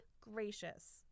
gracious